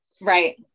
Right